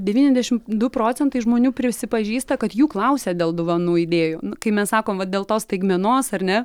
devyniadešim du procentai žmonių prisipažįsta kad jų klausia dėl dovanų idėjų kai mes sakom vat dėl tos staigmenos ar ne